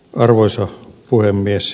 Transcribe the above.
arvoisa puhemies